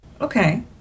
Okay